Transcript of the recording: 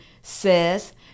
says